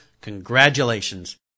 congratulations